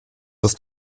das